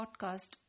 podcast